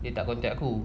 dia tak contact aku